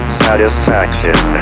satisfaction